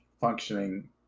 functioning